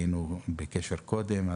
היינו בקשר קודם.